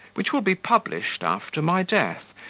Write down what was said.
which will be published after my death,